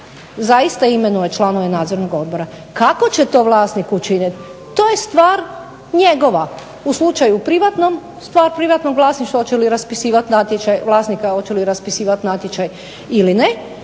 zaista imenuje članove nadzornog odbora. Kako će to vlasnik učinit to je stvar njegova. U slučaju privatnom, privatnog vlasništva, stvar je vlasnika hoće li raspisivat natječaj ili ne.